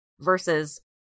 versus